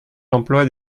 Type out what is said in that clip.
l’emploi